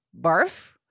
barf